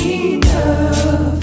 enough